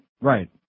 Right